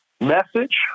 message